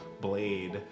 blade